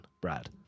Brad